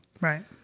right